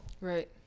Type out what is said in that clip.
Right